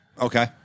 okay